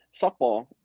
softball